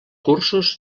cursos